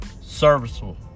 serviceable